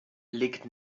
liegt